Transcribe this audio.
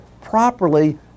properly